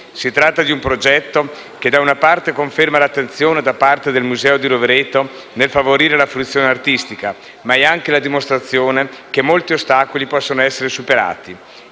Si tratta di un progetto che, da una parte, conferma l'attenzione da parte del museo di Rovereto nel favorire la fruizione artistica; dall'altra, è anche la dimostrazione che molti ostacoli possono essere superati.